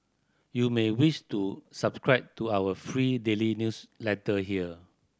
you may wish to subscribe to our free daily newsletter here